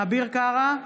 אביר קארה,